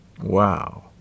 Wow